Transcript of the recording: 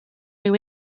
who